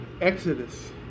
Exodus